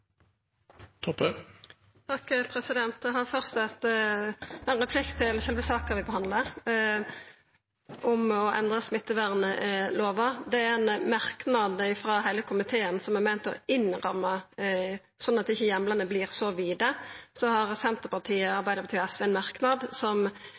Eg har fyrst ein replikk til sjølve saka vi behandlar, om å endra smittevernlova. Det er ein merknad frå heile komiteen som er meint å ramma inn slik at heimlane ikkje vert så vide, og Senterpartiet, Arbeidarpartiet og SV har